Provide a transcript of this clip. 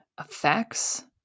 effects